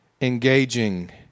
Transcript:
engaging